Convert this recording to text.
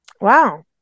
Wow